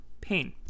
Pain